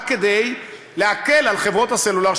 רק כדי להקל על חברות הסלולר,